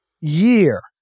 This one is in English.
year